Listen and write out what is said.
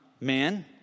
man